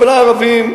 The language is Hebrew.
אבל הערבים,